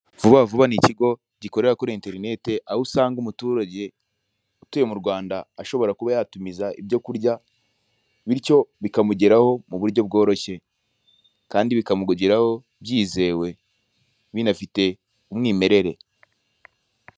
Vuba vuba ni ikigo gikorera kuri interineti aho usanga umuturage utuye m'u Rwanda ashobora kuba yatumiza ibyo kurya bityo bikamugeraho mu buryo bworoshye kandi bikamugeraho byizewe binafite umwimerere.